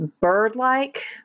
bird-like